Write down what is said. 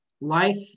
life